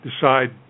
decide